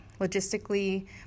logistically